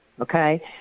okay